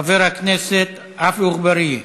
חבר הכנסת עפו אגבאריה.